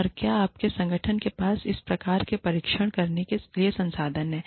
और क्या आपके संगठन के पास इस प्रकार के परीक्षण करने के लिए संसाधन हैं